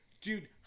dude